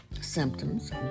symptoms